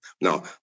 Now